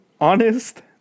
honest